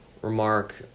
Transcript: Remark